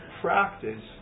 practice